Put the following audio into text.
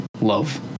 love